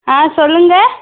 ஆ சொல்லுங்கள்